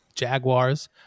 Jaguars